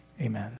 Amen